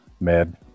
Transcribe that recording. mad